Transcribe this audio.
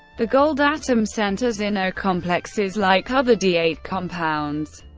the gold atom centers in au complexes, like other d eight compounds,